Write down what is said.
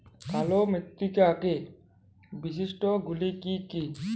কালো মৃত্তিকার বৈশিষ্ট্য গুলি কি কি?